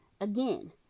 again